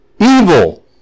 Evil